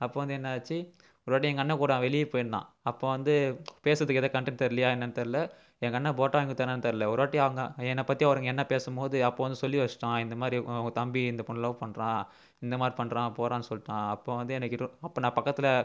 அப்போது வந்து என்னாச்சு ஒரு வாட்டி எங்கள் அண்ணன் கூட அவன் வெளியே போயிருந்தான் அப்போ வந்து பேசுறதுக்கு ஏதா கன்டென்ட் தெரிலியா என்னனு தெர்லை எங்கள் அண்ணன் போட்டோ வாங்கி கொடுத்தானான்னு தெர்லை ஒரு வாட்டி அவங்க என்னை பற்றி அவனுங்க என்ன பேசும்போது அப்போது வந்து சொல்லி வச்சுட்டான் இந்த மாதிரி உன் உன் தம்பி இந்த பொண்ணை லவ் பண்றான் இந்த மாதிரி பண்ணுறான் போகிறான்னு சொல்லிட்டான் அப்போ வந்து என்கிட்ட அப்போ நான் பக்கத்தில்